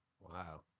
Wow